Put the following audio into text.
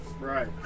Right